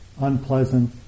unpleasant